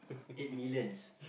eight millions